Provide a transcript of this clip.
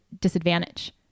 disadvantage